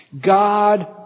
God